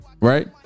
right